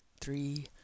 three